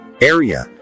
area